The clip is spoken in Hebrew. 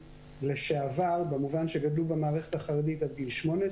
לשעבר שגדלו במערכת החרדית עד גיל 18,